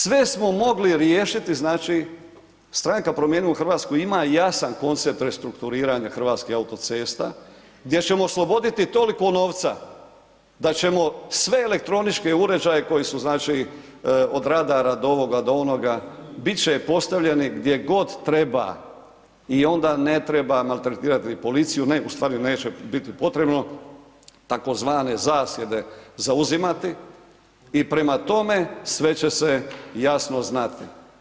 Sve smo mogli riješiti znači, Stranka Promijenimo Hrvatsku imamo jasan koncept restrukturiranja Hrvatskih autocesta gdje ćemo osloboditi toliko novca da ćemo sve elektroničke uređaje koji su znači od radara do ovoga onoga bit će postavljeni gdje god treba i ona ne treba maltretirati policiju, ne u stvari neće biti potrebno tzv. zasjede zauzimati i prema tome sve će se jasno znati.